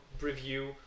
review